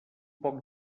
poc